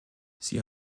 sie